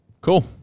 Cool